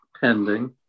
pending